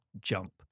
jump